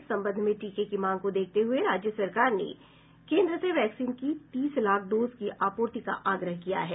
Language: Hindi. इस संबंध में टीके की मांग को देखते हुये राज्य सरकार ने केन्द्र से वैक्सीन की तीस लाख डोज की आपूर्ति का आग्रह किया है